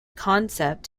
concept